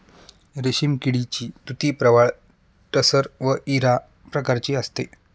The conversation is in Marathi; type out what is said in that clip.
रेशीम किडीची तुती प्रवाळ टसर व इरा प्रकारची असते